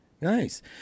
Nice